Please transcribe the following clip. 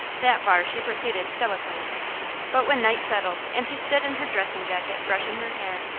that far she proceeded stoically but when night settled and she stood in her dressing jacket brushing her hair,